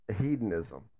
Hedonism